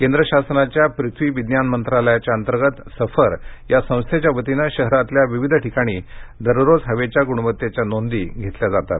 केंद्र शासनाच्या पृथ्वी विज्ञान मंत्रालयांतर्गत सफर या संस्थेच्या वतीनं शहरातील विविध ठिकाणी दररोज हवेच्या गुणवत्तेच्या नोंदी घेतल्या जातात